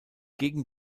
gegen